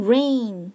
Rain